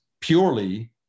purely